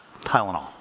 Tylenol